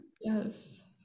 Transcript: Yes